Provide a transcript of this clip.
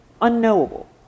unknowable